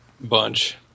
bunch